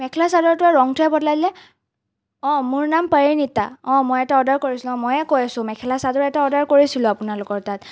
মেখেলা চাদৰটোৰ ৰঙটোৱে বদলাই দিলে অঁ মোৰ নাম পৰিনীতা অঁ মই এটা অৰ্ডাৰ কৰিছিলোঁ অঁ ময়েই কৈ আছোঁ মেখেলা চাদৰ এটা অৰ্ডাৰ কৰিছিলোঁ আপোনালোকৰ তাত